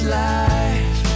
life